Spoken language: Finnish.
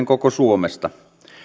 koko suomesta